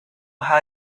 how